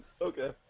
Okay